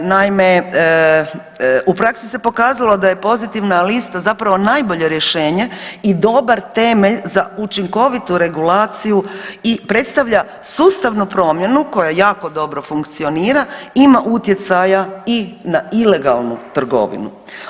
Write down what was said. Naime, u praksi se pokazalo da je pozitivna lista zapravo najbolje rješenje i dobar temelj za učinkovitu regulaciju i predstavlja sustavnu promjenu koja jako dobro funkcionira i ima utjecaja i na ilegalnu trgovinu.